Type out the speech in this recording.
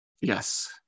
yes